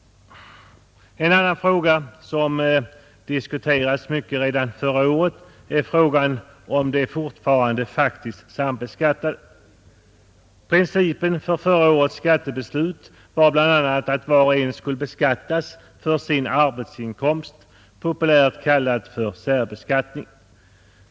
En annan sak som diskuterades mycket redan förra året var frågan om de fortfarande faktiskt sambeskattade. Principen vid förra årets skattebeslut var bl.a. att var och en skulle beskattas för sin arbetsinkomst, en princip som populärt kallas särbeskattning.